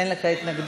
אין לך התנגדות.